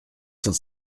cent